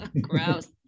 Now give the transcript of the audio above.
gross